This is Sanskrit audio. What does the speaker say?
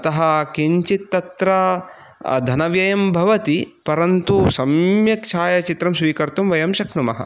अतः किञ्चित् तत्र धनव्ययं भवति परन्तु सम्यक् छायाचित्रं श्वीकर्तुं वयं शक्नुमः